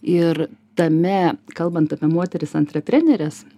ir tame kalbant apie moteris antrepreneres